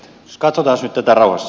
katsotaas nyt tätä rauhassa